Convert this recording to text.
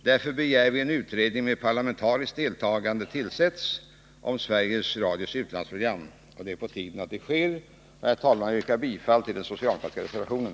Därför begär vi att en utredning med parlamentariskt deltagande tillsätts om Sveriges Radios utlandsprogram. Det är på tiden att så sker. Herr talman! Jag yrkar bifall till den socialdemokratiska reservationen.